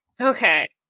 Okay